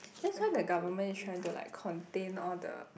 that's why the government is trying to like contain all the